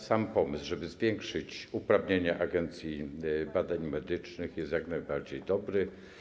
Sam pomysł, żeby zwiększyć uprawnienia Agencji Badań Medycznych, jest jak najbardziej dobry.